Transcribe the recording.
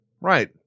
Right